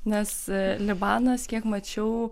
nes libanas kiek mačiau